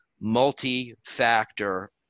multi-factor